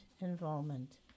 involvement